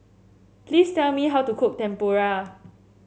please tell me how to cook Tempura